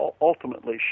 ultimately